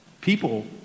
People